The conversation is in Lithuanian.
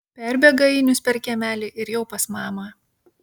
perbėga ainius per kiemelį ir jau pas mamą